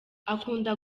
akunda